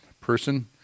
person